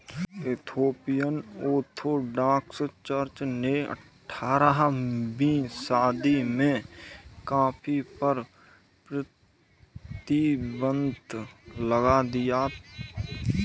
Ethiopian Orthodox Church ने अठारहवीं सदी में कॉफ़ी पर प्रतिबन्ध लगा दिया